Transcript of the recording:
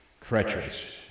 treacherous